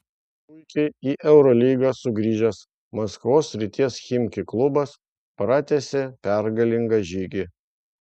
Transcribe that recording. puikiai į eurolygą sugrįžęs maskvos srities chimki klubas pratęsė pergalingą žygį